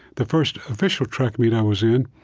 the first official track meet i was in,